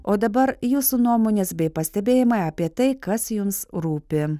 o dabar jūsų nuomonės bei pastebėjimai apie tai kas jums rūpi